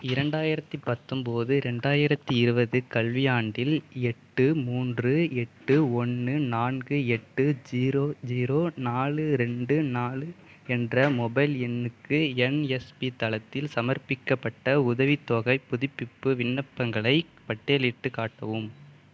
இரண்டாயிரத்தி பத்தொன்போது ரெண்டாயிரத்தி இருபது கல்வியாண்டில் எட்டு மூன்று எட்டு ஒன்று நான்கு எட்டு ஜீரோ ஜீரோ நாலு ரெண்டு நாலு என்ற மொபைல் எண்ணுக்கு என்எஸ்பி தளத்தில் சமர்ப்பிக்கப்பட்ட உதவித்தொகைப் புதுப்பிப்பு விண்ணப்பங்களைப் பட்டியலிட்டு காட்டவும்